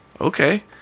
okay